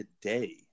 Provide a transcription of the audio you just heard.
today